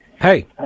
Hey